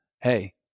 Hey